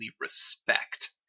respect